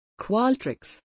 Qualtrics